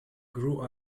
grew